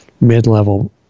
mid-level